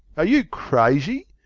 are you crazy?